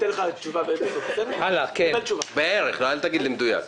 בערך, אל תגיד לי מדויק.